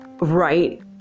right